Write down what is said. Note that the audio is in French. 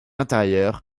intérieure